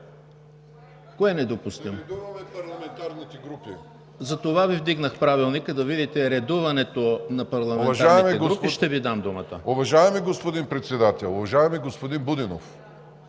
Кое е недопустимо? Затова Ви вдигнах Правилника, за да видите редуването на парламентарните групи. Ще Ви дам думата.